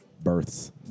births